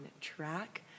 track